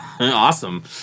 Awesome